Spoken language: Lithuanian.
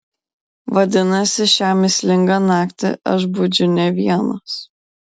vadinasi šią mįslingą naktį aš budžiu ne vienas